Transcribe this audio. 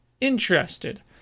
interested